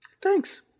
Thanks